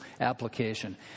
application